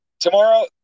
Tomorrow